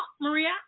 Maria